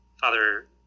Father